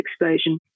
explosion